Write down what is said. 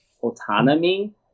autonomy